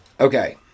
Okay